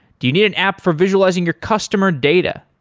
do you need an app for visualizing your customer data?